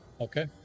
Okay